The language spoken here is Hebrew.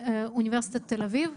מאוניברסיטת תל אביב.